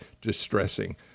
distressing